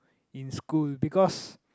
in school because